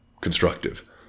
constructive